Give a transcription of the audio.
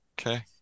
Okay